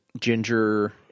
ginger –